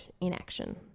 inaction